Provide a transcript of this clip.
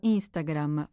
Instagram